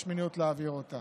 יש מניעות להעביר אותה.